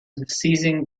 seizing